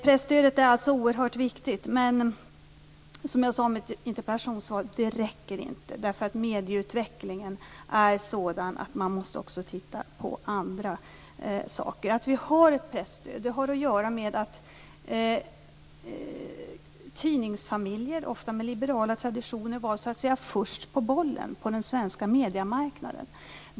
Presstödet är alltså oerhört viktigt. Men som jag sade i mitt interpellationssvar räcker det inte. Medieutvecklingen är sådan att man måste se också på andra saker. Att vi har ett presstöd har att göra med att tidningsfamiljer, ofta med liberala traditioner, var så att säga först på bollen på den svenska mediemarknaden.